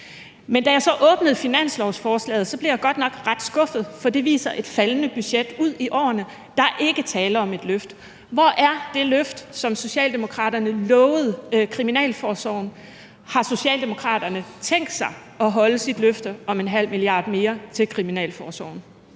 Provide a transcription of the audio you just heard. Men da jeg så åbnede finanslovsforslaget, blev jeg godt nok ret skuffet, for det viser et faldende budget frem i årene. Der er ikke tale om et løft. Hvor er det løft, som Socialdemokraterne lovede kriminalforsorgen? Har Socialdemokraterne tænkt sig at holde deres løfte om 0,5 mia. kr. mere til kriminalforsorgen?